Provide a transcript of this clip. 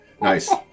Nice